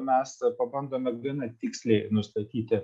mes pabandome gana tiksliai nustatyti